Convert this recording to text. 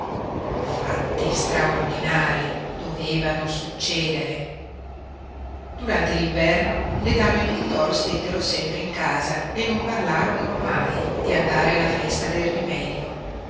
fatti straordinari dovevano succedere durante l'inverno le dame pintor stettero sempre in casa e non parlarono mai di andare alla festa del rimedio